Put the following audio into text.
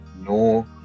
no